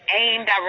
aimed